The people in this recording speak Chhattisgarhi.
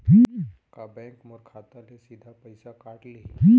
का बैंक मोर खाता ले सीधा पइसा काट लिही?